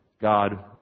God